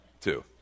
two